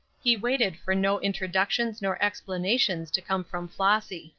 he waited for no introductions nor explanations to come from flossy.